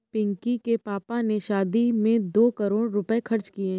पिंकी के पापा ने शादी में दो करोड़ रुपए खर्च किए